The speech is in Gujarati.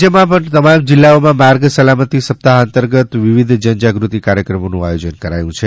રાજ્યમાં પણ તમામ જિલ્લાઓમાં માર્ગ સલામતી સપ્તાહ અંતર્ગત વિવિધ જન જાગૃતિ કાર્યક્રમોનું આયોજન કરાયું છે